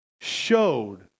showed